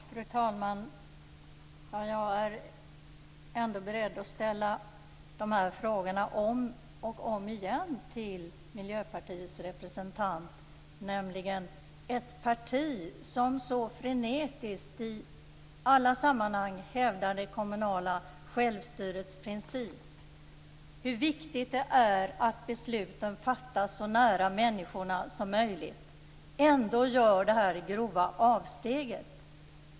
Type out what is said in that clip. Fru talman! Jag är beredd att ställa mina frågor om och om igen till Miljöpartiets representant. Det parti som i alla sammanhang så frenetiskt hävdar det kommunala självstyrets princip och som pekar på hur viktigt det är att besluten fattas så nära människorna som möjligt gör ändå ett så här grovt avsteg.